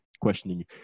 questioning